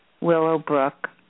Willowbrook